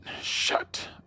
shut